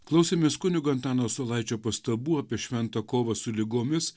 klausėmės kunigo antano saulaičio pastabų apie šventą kovą su ligomis